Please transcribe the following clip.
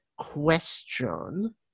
question